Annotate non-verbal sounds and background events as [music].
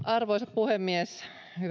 [unintelligible] arvoisa puhemies hyvät